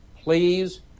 please